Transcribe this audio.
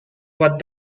what